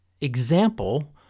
example